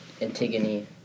Antigone